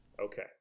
Okay